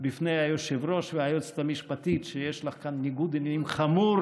בפני היושב-ראש והיועצת המשפטית שיש לך כאן ניגוד עניינים חמור,